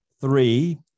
Three